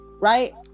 right